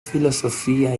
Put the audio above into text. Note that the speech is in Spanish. filosofía